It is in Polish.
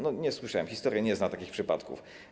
Nie słyszałem, historia nie zna takich przypadków.